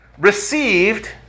received